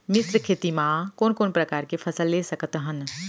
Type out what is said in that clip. मिश्र खेती मा कोन कोन प्रकार के फसल ले सकत हन?